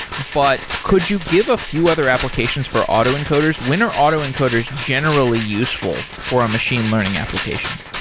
but could you give a few other applications for auto encoders? when are auto encoders generally useful for a machine learning application?